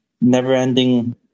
never-ending